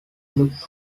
look